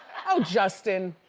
oh, justin,